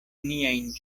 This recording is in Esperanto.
niajn